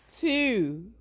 Two